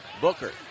Booker